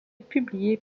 publié